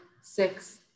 six